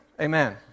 amen